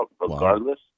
regardless